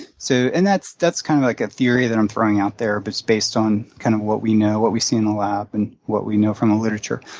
so and that's that's kind of like a theory that i'm throwing out there, but it's based on kind of what we know, what we see in the lab and what we know from the literature.